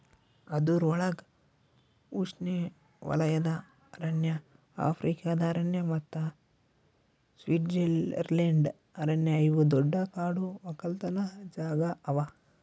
ಅದುರ್ ಒಳಗ್ ಉಷ್ಣೆವಲಯದ ಅರಣ್ಯ, ಆಫ್ರಿಕಾದ ಅರಣ್ಯ ಮತ್ತ ಸ್ವಿಟ್ಜರ್ಲೆಂಡ್ ಅರಣ್ಯ ಇವು ದೊಡ್ಡ ಕಾಡು ಒಕ್ಕಲತನ ಜಾಗಾ ಅವಾ